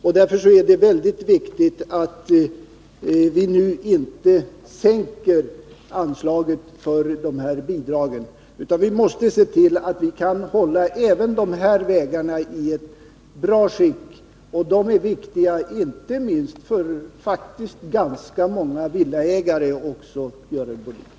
Det är alltså mycket viktigt att nu inte sänka anslaget för dessa bidrag, och vi måste se till att hålla även dessa vägar i bra skick. De är viktiga, inte minst för ganska många villaägare, Görel Bohlin.